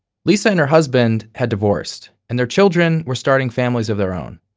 lisa and her husband had divorced and their children were starting families of their own.